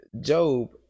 Job